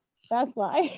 that's why.